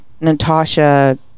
Natasha